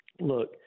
look